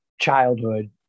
childhood